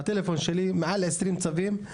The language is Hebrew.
בטלפון שלי מעל ל-20 צווים.